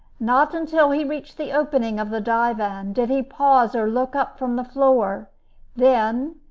not until he reached the opening of the divan, did he pause or look up from the floor then,